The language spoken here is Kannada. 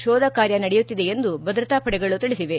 ಶೋಧ ಕಾರ್ಯ ನಡೆಯುತ್ತಿದೆ ಎಂದು ಭದ್ರತಾಪಡೆಗಳು ತಿಳಿಸಿವೆ